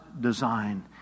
design